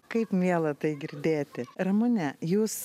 kaip miela tai girdėti ramune jūs